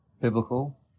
biblical